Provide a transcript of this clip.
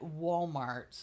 walmart